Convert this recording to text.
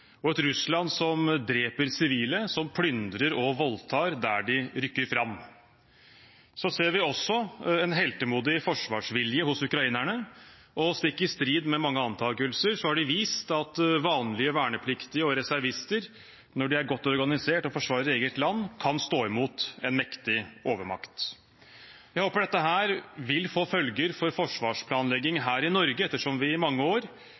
og et Russland som dreper sivile, plyndrer og voldtar der de rykker fram. Vi ser også en heltemodig forsvarsvilje hos ukrainerne. Stikk i strid med mange antakelser har de vist at vanlige vernepliktige og reservister, når de er godt organisert og forsvarer eget land, kan stå imot en mektig overmakt. Jeg håper dette vil få følger for forsvarsplanlegging her i Norge, ettersom vi i mange år